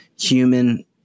human